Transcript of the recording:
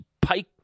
pike